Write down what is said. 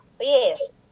Yes